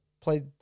played